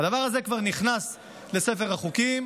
הדבר הזה כבר נכנס לספר החוקים,